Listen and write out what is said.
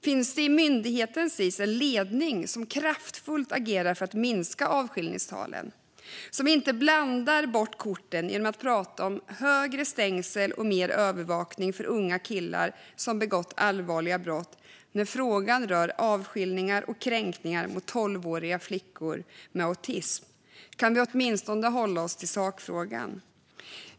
Finns det i myndigheten Sis en ledning som kraftfullt agerar för att minska avskiljningstalen och som inte blandar bort korten genom att prata om högre stängsel och mer övervakning för unga killar som har begått allvarliga brott när frågan rör avskiljningar och kränkningar mot tolvåriga flickor med autism? Kan vi åtminstone hålla oss till sakfrågan?